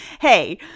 hey